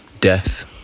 death